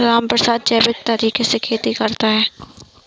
रामप्रसाद जैविक तरीके से खेती करता है